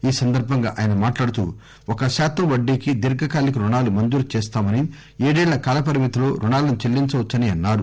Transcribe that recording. ఈసందర్బంగా మాట్లాడుతూ ఒక శాతం వడ్డీకి దీర్ఘకాలిక రుణాలు మంజురు చేస్తామని ఏడేళ్ల కాలపరిమితిలో రుణాలను చెల్లించవచ్చన్నారు